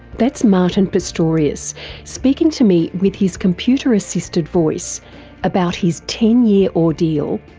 that's martin pistorious speaking to me with his computer assisted voice about his ten-year ordeal,